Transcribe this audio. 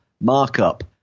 Markup